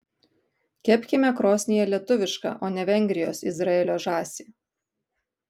kepkime krosnyje lietuvišką o ne vengrijos izraelio žąsį